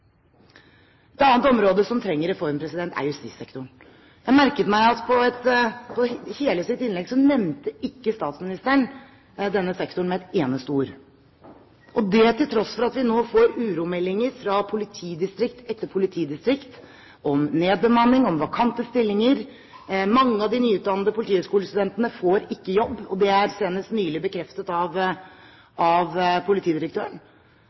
Et annet område som trenger reform, er justissektoren. Jeg merket meg at under hele sitt innlegg nevnte ikke statsministeren denne sektoren med et eneste ord, og det til tross for at vi nå får uromeldinger fra politidistrikt etter politidistrikt om nedbemanning, om vakante stillinger. Mange av de nyutdannede politihøgskolestudentene får ikke jobb, og det er senest nylig bekreftet av politidirektøren.